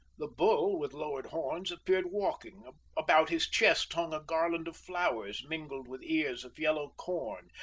the bull, with lowered horns, appeared walking about his chest hung a garland of flowers mingled with ears of yellow corn,